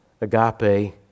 Agape